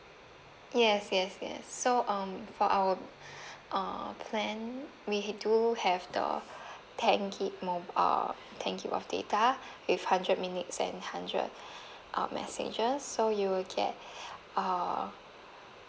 yes yes yes so um for our uh plan we do have the ten gig mo~ uh ten gig of data with hundred minutes and hundred uh messages so you will get err